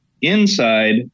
inside